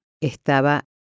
estaba